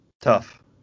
tough